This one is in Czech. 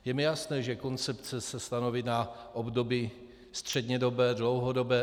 Je mi jasné, že koncepce se stanoví na období střednědobé, dlouhodobé.